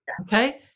okay